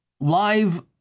live